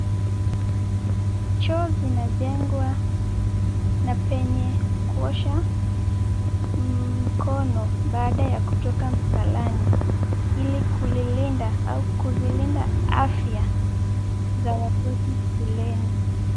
Choo zinajengwa na penye kuosha mkono baada ya kutoka msalani ili kulilinda au kuzilinda afya za watoto shuleni.